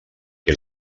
que